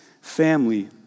family